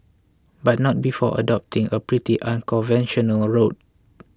but not before adopting a pretty unconventional route